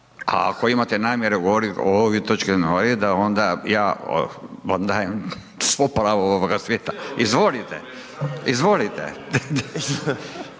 A ako imate namjeru govorit o ovoj točki …/nerazumljivo/… da onda ja vam dajem svo pravo ovoga svijeta. Izvolite, izvolite.